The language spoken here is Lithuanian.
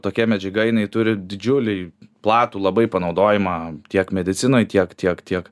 tokia medžiaga jinai turi didžiulį platų labai panaudojimą tiek medicinoj tiek tiek tiek